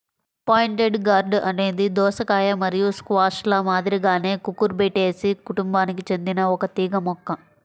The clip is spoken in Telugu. పాయింటెడ్ గార్డ్ అనేది దోసకాయ మరియు స్క్వాష్ల మాదిరిగానే కుకుర్బిటేసి కుటుంబానికి చెందిన ఒక తీగ మొక్క